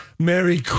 Merry